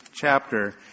chapter